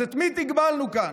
אז את מי תגמלנו כאן?